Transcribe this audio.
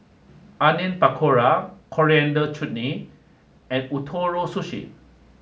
Onion Pakora Coriander Chutney and Ootoro Sushi